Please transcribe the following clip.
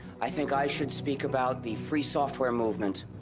i think i should speak about the free software movement.